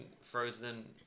Frozen